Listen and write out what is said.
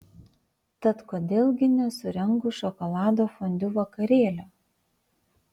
tad kodėl gi nesurengus šokolado fondiu vakarėlio